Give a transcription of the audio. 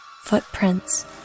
Footprints